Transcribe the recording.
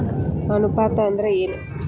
ಅನುಪಾತ ಅಂದ್ರ ಏನ್?